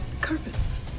carpets